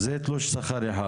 זה תלוש שכר אחד.